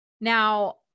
Now